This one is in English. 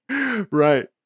Right